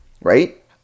right